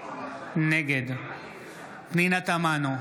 נגד פנינה תמנו,